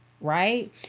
right